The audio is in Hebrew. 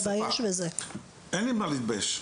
אין לי מה להתבייש.